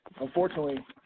Unfortunately